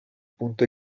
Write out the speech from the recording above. punto